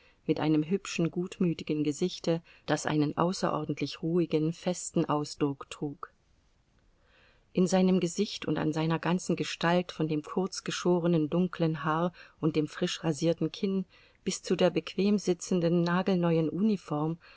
mit einem hübschen gutmütigen gesichte das einen außerordentlich ruhigen festen ausdruck trug in seinem gesicht und an seiner ganzen gestalt von dem kurz geschorenen dunklen haar und dem frisch rasierten kinn bis zu der bequem sitzenden nagelneuen uniform